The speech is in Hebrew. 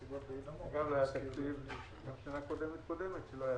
אם מאשרים את התקציב,